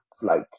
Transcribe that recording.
flight